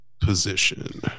position